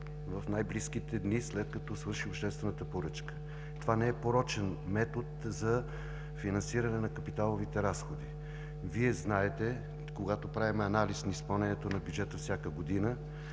в най-близките дни, след като свърши обществената поръчка. Това не е порочен метод за финансиране на капиталовите разходи. Вие знаете, когато правим анализ на изпълнението на бюджета всяка година,